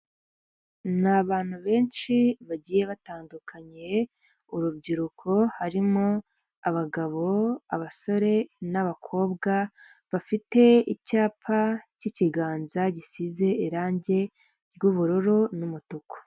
Ni abantu benshi bagiye batandukanye urubyiruko harimo abagabo abasore n'abakobwa bafite icyapa k'ikiganza gisize irange ry'ubururu n'umutuku.